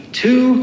two